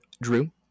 Drew